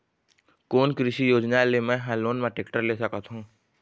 कोन कृषि योजना ले मैं हा लोन मा टेक्टर ले सकथों?